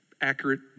accurate